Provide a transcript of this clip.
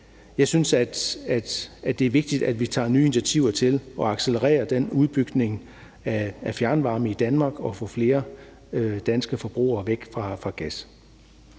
Jeg synes, at det er vigtigt, at vi tager nye initiativer til at accelerere den udbygning af fjernvarme i Danmark og få flere danske forbrugere væk fra gas.